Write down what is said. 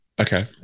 okay